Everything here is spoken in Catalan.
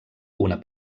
una